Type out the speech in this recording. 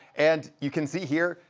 and you can see here,